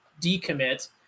decommit